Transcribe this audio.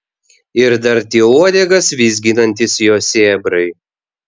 ir dar tie uodegas vizginantys jo sėbrai